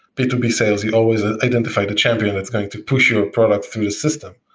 b two b sales, you always ah identify the champion that's going to push your product through the system.